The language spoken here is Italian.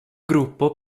gruppo